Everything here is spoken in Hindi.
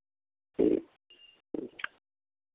ठीक ठीक